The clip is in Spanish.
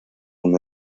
una